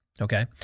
okay